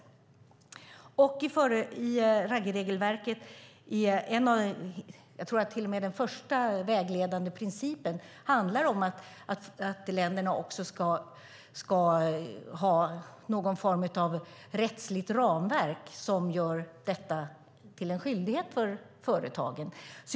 En vägledande princip i Ruggieregelverket - jag tror att det är den första - handlar om att länderna också ska ha någon form av rättsligt ramverk som gör detta till en skyldighet för företagen.